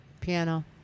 piano